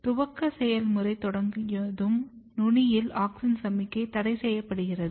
துவக்க செயல்முறை தொடங்கியதும் நுனிகளில் ஆக்ஸின் சமிக்ஞை தடைசெய்யப்படுகிறது